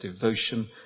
devotion